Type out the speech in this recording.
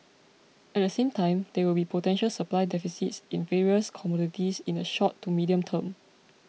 at the same time there will be potential supply deficits in various commodities in the short to medium term